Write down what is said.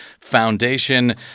Foundation